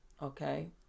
Okay